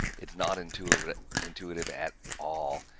it's not intuitive intuitive at all.